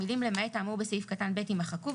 המילים "למעט האמור בסעיף קטן (ב)" יימחקו,